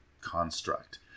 construct